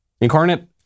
Incarnate